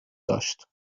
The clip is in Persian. داشت